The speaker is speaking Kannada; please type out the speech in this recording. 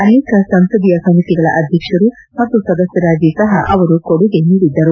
ಅನೇಕ ಸಂಸದೀಯ ಸಮಿತಿಗಳ ಅಧ್ಯಕ್ಷರು ಮತ್ತು ಸದಸ್ವರಾಗಿ ಸಹ ಅವರು ಕೊಡುಗೆ ನೀಡಿದ್ದರು